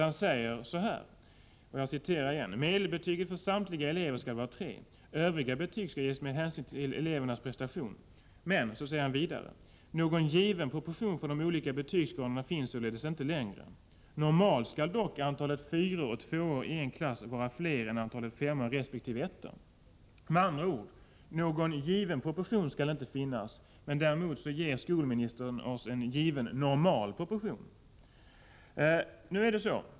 Han säger där: ”Medelbetyget för samtliga elever skall vara tre. Övriga betyg skall ges med hänsyn till elevernas prestationer. Någon given proportion för de olika betygsgraderna finns således inte längre. Normalt skall dock antalet fyror och tvåor i en klass vara fler än antalet femmor resp. ettor.” Med andra ord: Någon given proportion skall det inte finnas, men däremot ger skolministern oss en given normal proportion.